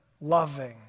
loving